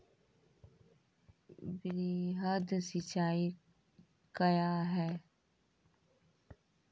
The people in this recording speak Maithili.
वृहद सिंचाई कया हैं?